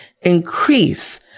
increase